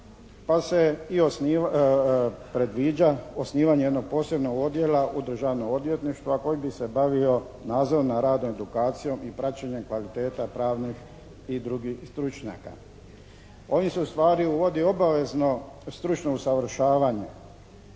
pa se predviđa osnivanje jednog posebno odjela u Državnom odvjetništvu a koji bi se bavio nadzorom nad radom i edukacijom i praćenjem kvaliteta pravnih i drugih stručnjaka. Ovdje se uvodi obavezno stručno usavršavanje.